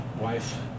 wife